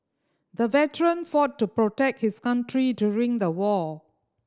the veteran fought to protect his country during the war